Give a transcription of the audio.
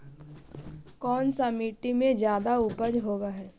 कोन सा मिट्टी मे ज्यादा उपज होबहय?